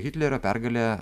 hitlerio pergalė